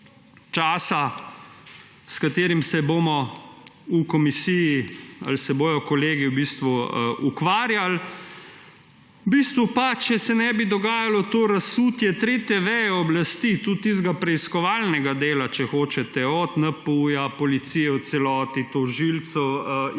časa, s katerim se bomo v komisiji ali se bodo kolegi ukvarjali. Če se ne bi dogajalo to razsutje tretje veje oblasti, tudi tistega preiskovalnega dela, če hočete od NPU do policije v celoti, tožilcev